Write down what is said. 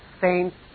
saints